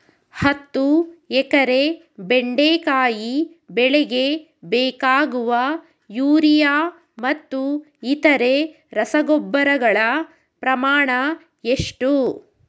ಹತ್ತು ಎಕರೆ ಬೆಂಡೆಕಾಯಿ ಬೆಳೆಗೆ ಬೇಕಾಗುವ ಯೂರಿಯಾ ಮತ್ತು ಇತರೆ ರಸಗೊಬ್ಬರಗಳ ಪ್ರಮಾಣ ಎಷ್ಟು?